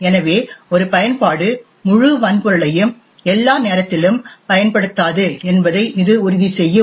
எனவே ஒரு பயன்பாடு முழு வன்பொருளையும் எல்லா நேரத்திலும் பயன்படுத்தாது என்பதை இது உறுதி செய்யும்